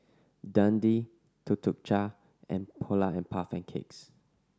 Dundee Tuk Tuk Cha and Polar and Puff Cakes